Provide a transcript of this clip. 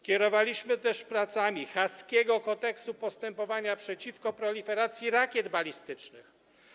Kierowaliśmy też pracami Haskiego kodeksu postępowania przeciwko proliferacji rakiet balistycznych.